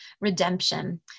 redemption